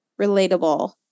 relatable